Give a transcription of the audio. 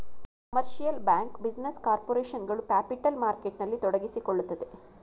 commercial bank, business corporation ಗಳು capital ಮಾರ್ಕೆಟ್ನಲ್ಲಿ ತೊಡಗಿಸಿಕೊಳ್ಳುತ್ತದೆ